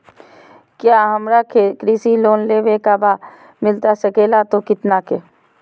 क्या हमारा कृषि लोन लेवे का बा मिलता सके ला तो कितना के?